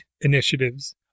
initiatives